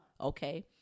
Okay